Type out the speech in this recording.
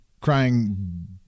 crying